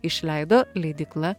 išleido leidykla